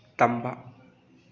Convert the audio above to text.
ꯇꯝꯕ